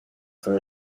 for